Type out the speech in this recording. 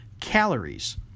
calories